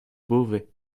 beauvais